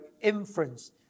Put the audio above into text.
inference